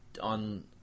on